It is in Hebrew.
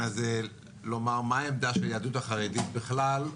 הזה לומר מה העמדה של היהדות החרדית בכלל,